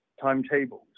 timetables